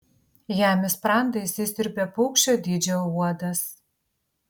jam į sprandą įsisiurbia paukščio dydžio uodas